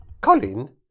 Colin